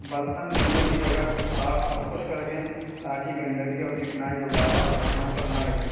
برتن دھونے کی جگہ کو صاف اور خشک رکھیں تاکہ گندگی اور چکنائی دوبارہ برتنوں پر نہ لگے